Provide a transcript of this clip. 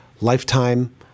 Lifetime